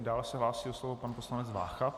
Dál se hlásí o slovo pan poslanec Vácha.